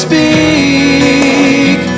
Speak